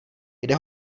kde